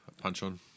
punch-on